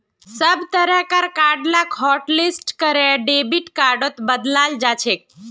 सब तरह car card lock hotlist करे डेबिट कार्डत बदलाल जाछेक